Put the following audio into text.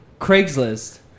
Craigslist